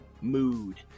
mood